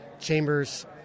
chambers